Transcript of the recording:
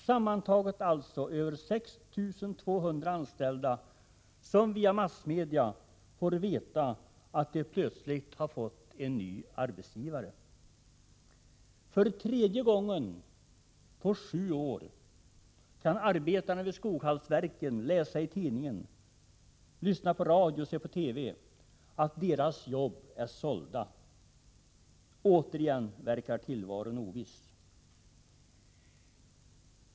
Sammantaget var det alltså över 6 200 anställda som via massmedia fick veta att de plötsligt hade fått en ny arbetsgivare. För tredje gången på sju år fick arbetarna vid Skoghallsverken genom att läsa tidningen, höra på radio eller se på TV veta att deras jobb var sålda. Återigen verkar tillvaron oviss.